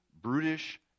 brutish